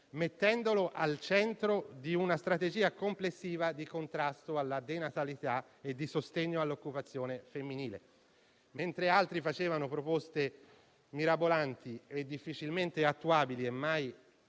mettendolo al centro di una strategia complessiva di contrasto alla denatalità e di sostegno all'occupazione femminile. Mentre altri facevano proposte mirabolanti, difficilmente attuabili e mai